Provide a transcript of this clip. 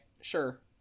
sure